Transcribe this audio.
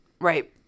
Right